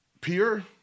pure